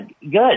good